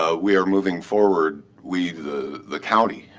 ah we are moving forward we the the county,